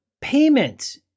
payment